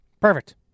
Perfect